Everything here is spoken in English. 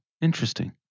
interesting